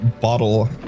bottle